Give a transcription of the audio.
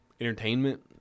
entertainment